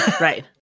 Right